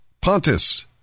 Pontus